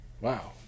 Wow